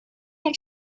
and